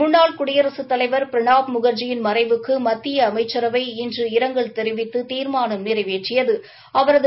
முன்னாள் குடியரகத் தலைவர் பிரணாப் முகர்ஜியின் மறைவுக்கு மத்திய அமைச்சரவை இன்று இரங்கல் தெரிவித்து தீர்மானம் நிறைவேற்றியது